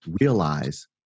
realize